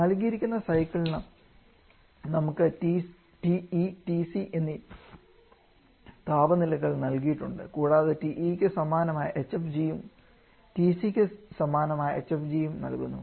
നൽകിയിരിക്കുന്ന സൈക്കിളിന് നമുക്ക് TE TC എന്നീ താപനിലകൾ നൽകിയിട്ടുണ്ട് കൂടാതെ TE ക്ക് സമാനമായ hfg ഉം TC ക്ക് സമാനമായ hfg ഉം നൽകുന്നു